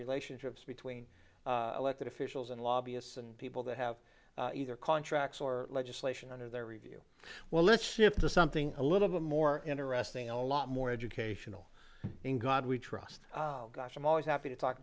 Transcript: relationships between elected officials and lobbyists and people that have either contracts or legislation under their review well let's see if there's something a little bit more interesting a lot more educational in god we trust gosh i'm always happy to talk